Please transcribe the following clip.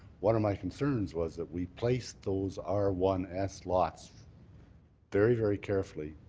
one of my concerns was that we placed those r one s lots very, very carefully,